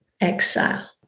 exile